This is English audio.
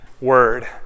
word